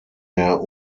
der